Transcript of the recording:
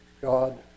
God